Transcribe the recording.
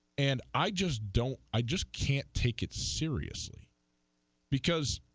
and i just don't i just can't take it seriously because